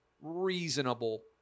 reasonable